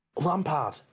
Lampard